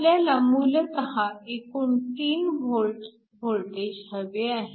आपल्याला मूलतः एकूण 3 V वोल्टेज हवे आहे